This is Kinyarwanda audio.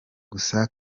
gusa